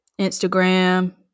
Instagram